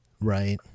right